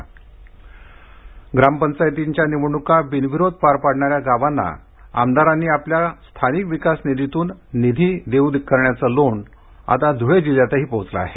बिनविरोध निधी ग्रामपंचायतींच्या निवडणुका बिनविरोध पार पाडणाऱ्या गावांना आमदारांनी आपल्या स्थानिक विकास निधीतून निधी देऊ करण्याचं लोण आता धुळे जिल्ह्यातही पोहोचलं आहे